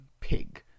pig